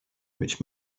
which